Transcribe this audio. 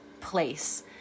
place